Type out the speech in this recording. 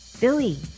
Billy